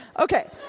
Okay